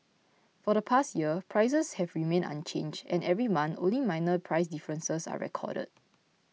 for the past year prices have remained unchanged and every month only minor price differences are recorded